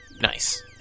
Nice